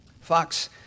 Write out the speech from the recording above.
Fox